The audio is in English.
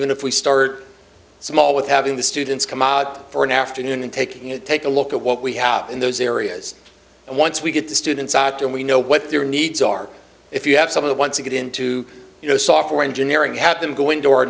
even if we start small with having the students come out for an afternoon and taking it take a look at what we have in those areas and once we get the students out and we know what their needs are if you have some of once you get into you know software engineering have them going door